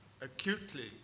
acutely